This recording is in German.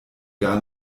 gar